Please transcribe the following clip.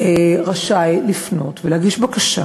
הוא רשאי לפנות ולהגיש בקשה